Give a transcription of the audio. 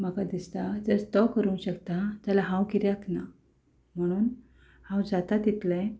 म्हाका दिसता जर तो करूंक शकता जाल्यार हांव कित्याक ना म्हणून हांव जाता तितलें